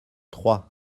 trois